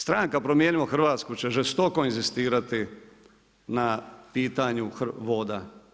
Stranka Promijenimo Hrvatsku će se žestoko inzistirati na pitanju voda.